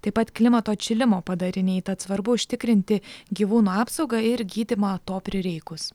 taip pat klimato atšilimo padariniai tad svarbu užtikrinti gyvūnų apsaugą ir gydymą to prireikus